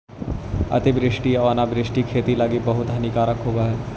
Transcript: अतिवृष्टि आउ अनावृष्टि खेती लागी बहुत हानिकारक होब हई